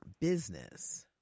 business